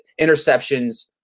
interceptions